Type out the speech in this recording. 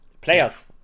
players